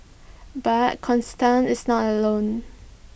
but constant is not alone